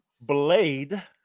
Blade